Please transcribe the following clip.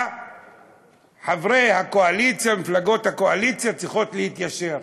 חברי הקואליציה, מפלגות הקואליציה צריכות להתיישר.